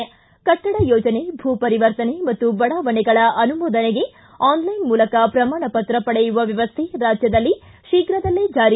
ು ಕಟ್ಟಡ ಯೋಜನೆ ಭೂ ಪರಿವರ್ತನೆ ಮತ್ತು ಬಡಾವಣೆಗಳ ಅನುಮೋದನೆಗೆ ಆನ್ಲೈನ್ ಮೂಲಕ ಪ್ರಮಾಣಪತ್ರ ಪಡೆಯುವ ವ್ಯವಸ್ಥೆ ರಾಜ್ಯದಲ್ಲಿ ಶೀಘದಲ್ಲೇ ಜಾರಿ